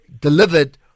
delivered